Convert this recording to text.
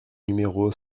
numéro